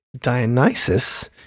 Dionysus